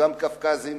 קווקזים,